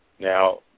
Now